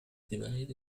divided